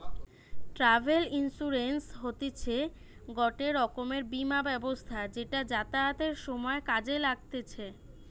travel insurance হতিছে গটে রকমের বীমা ব্যবস্থা যেটা যাতায়াতের সময় কাজে লাগতিছে